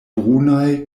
brunaj